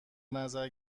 نظر